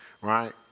right